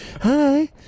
hi